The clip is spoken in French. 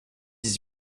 dix